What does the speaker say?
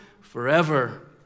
forever